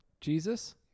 Jesus